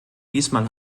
diesmal